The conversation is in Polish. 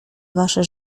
wasze